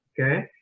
Okay